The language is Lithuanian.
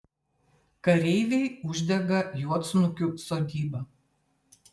kareiviai uždega juodsnukių sodybą